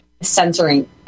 censoring